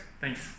Thanks